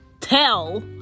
tell